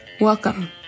welcome